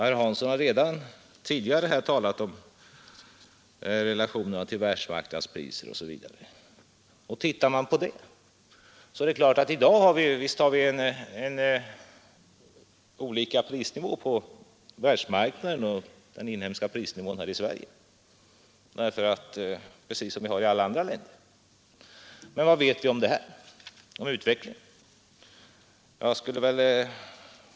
Herr Hansson har redan tidigare talat om relationerna till världsmarknadspriset osv. och visst är det i dag olika prisnivåer på världsmarknaden och på den inhemska marknaden i Sverige — precis som är fallet i andra länder — men vad vet vi om utvecklingen i detta avseende?